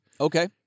Okay